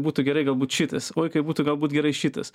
būtų gerai galbūt šitas oi kaip būtų galbūt gerai šitas